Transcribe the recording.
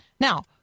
Now